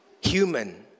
human